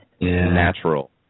natural